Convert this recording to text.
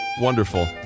Wonderful